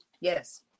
Yes